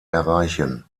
erreichen